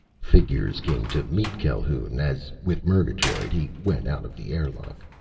figures came to meet calhoun as, with murgatroyd, he went out of the air lock.